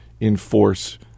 enforce